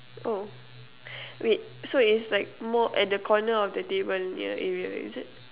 oh wait so it's like more at the corner of the table near area is it